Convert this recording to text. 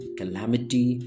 calamity